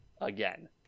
again